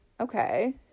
Okay